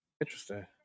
Interesting